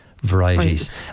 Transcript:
Varieties